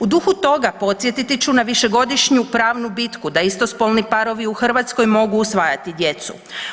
U duhu toga podsjetiti ću na višegodišnju pravnu bitku da istospolni parovi u Hrvatskoj mogu usvajati djecu.